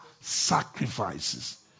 sacrifices